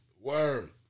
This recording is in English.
Word